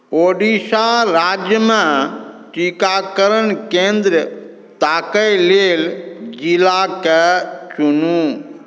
ओडिशा राज्यमे टीकाकरण केन्द्र ताकय लेल जिलाके चुनू